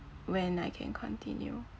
when I can continue